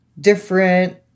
different